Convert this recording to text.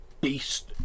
beast